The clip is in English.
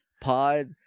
pod